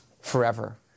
forever